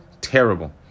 terrible